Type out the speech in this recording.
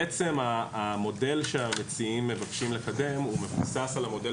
בעצם המודל שהמציעים מבקשים לקדם הוא מבוסס על המודל